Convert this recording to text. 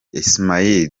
ismaila